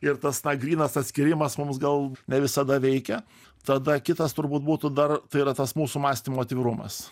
ir tas na grynas atskyrimas mums gal ne visada veikia tada kitas turbūt būtų dar tai yra tas mūsų mąstymo atvirumas